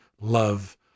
love